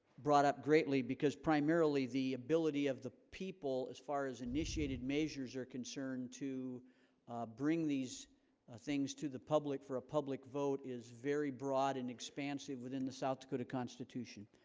brought up greatly because primarily the ability of the people as far as initiated measures are concerned to bring these ah things to the public for a public vote is very broad and expansive within the south dakota constitution